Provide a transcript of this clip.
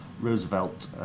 Roosevelt